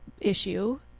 issue